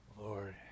Lord